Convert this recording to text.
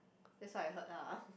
that's what I heard lah